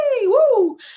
woo